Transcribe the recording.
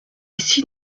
ici